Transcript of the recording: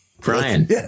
Brian